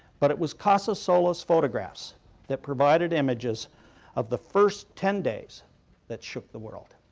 but it was casasola's photographs that provided images of the first ten days that shook the world.